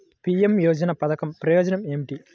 PM యోజన పధకం ప్రయోజనం ఏమితి?